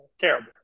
Terrible